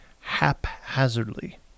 haphazardly